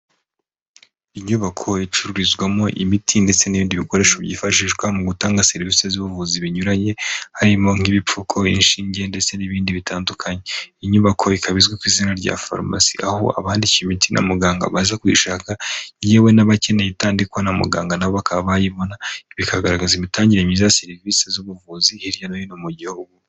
Inyubako icururizwamo imiti ndetse n'ibindi bikoresho byifashishwa mu gutanga serivise z'ubuvuzi binyuranye harimo nk'ibipfuko, inshinge ndetse n'ibindi bitandukanye. Inyubako ikaba izwi ku izina rya farumasi, aho abandikiwe imiti na muganga baza kuyishaka yewe n'abakeneye itandikwa na muganga na bo bakaba bayibona, bikagaragaza imitangire myiza ya serivise z'ubuvuzi hirya no hino mu gihugu.